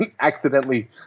accidentally